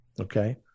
Okay